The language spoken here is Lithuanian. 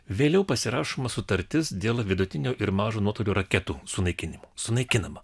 vėliau pasirašoma sutartis dėl vidutinio ir mažo nuotolio raketų sunaikinimo sunaikinama